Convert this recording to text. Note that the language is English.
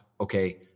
okay